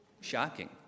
shocking